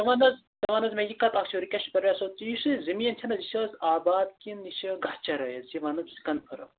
حظ ژٕ وَن حظ مےٚ یہِ کَتھ یُس یہِ زٔمیٖن چھُ نہٕ حظ یہِ چھُ حظ آباد کِنہٕ یہِ چھُ گاسہٕ چرٲے حظ یہِ وَن حظ ژٕ کنفٲرٕم